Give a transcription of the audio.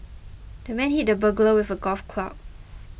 the man hit the burglar with a golf club